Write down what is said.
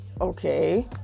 okay